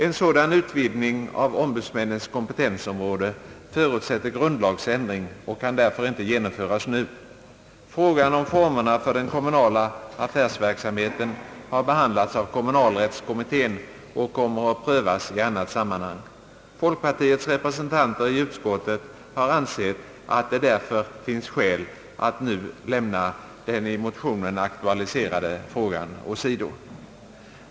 En sådan utvidgning av ombudsmännens kompetensområde förutsätter grundlagsändring och kan därför inte genomföras nu. Frågan om formerna för den kommunala affärsverksamheten har behandlats av kommunalrättskommittén och kommer att prövas i annat sammanhang. Folkpartiets representanter i utskottet har ansett att det därför finns skäl att nu lämna den 1 motionen aktualiserade frågan åsido.